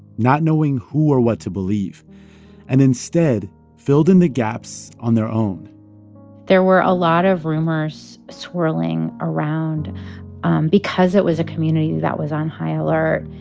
not knowing who or what to believe and instead filled in the gaps on their own there were a lot of rumors swirling around because it was a community that was on high alert.